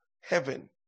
heaven